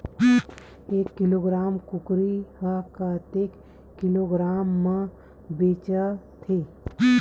एक किलोग्राम कुकरी ह कतेक किलोग्राम म बेचाथे?